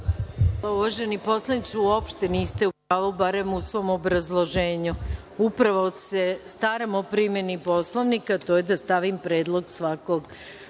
Uvaženi poslaniče, uopšte niste u pravu, barem u svom obrazloženju. Upravo se staram o primeni Poslovnika, a to je da stavim predlog svakog